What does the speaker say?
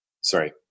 sorry